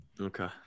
Okay